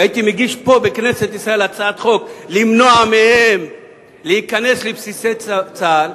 והייתי מגיש פה בכנסת ישראל הצעת חוק למנוע מהם להיכנס לבסיסי צה"ל,